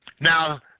Now